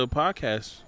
podcast